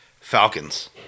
Falcons